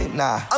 nah